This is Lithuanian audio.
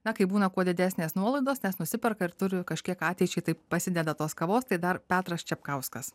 na kaip būna kuo didesnės nuolaidos nes nusiperka ir turi kažkiek ateičiai taip prasideda tos kavos tai dar petras čepkauskas